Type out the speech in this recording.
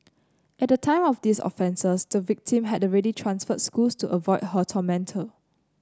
at the time of these offences the victim had already transferred schools to avoid her tormentor